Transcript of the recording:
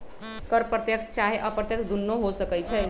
कर प्रत्यक्ष चाहे अप्रत्यक्ष दुन्नो हो सकइ छइ